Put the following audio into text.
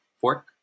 fork